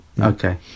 Okay